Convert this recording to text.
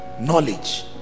knowledge